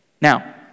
Now